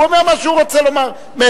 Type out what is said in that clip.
הוא רוצה מה שהוא רוצה לומר.